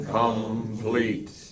complete